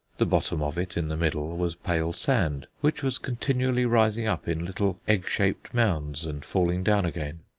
the bottom of it in the middle was pale sand which was continually rising up in little egg-shaped mounds and falling down again.